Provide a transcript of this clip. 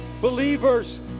believers